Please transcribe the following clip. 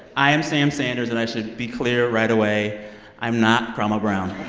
i am sam sanders. and i should be clear right away i'm not karamo brown